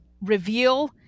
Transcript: reveal